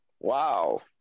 wow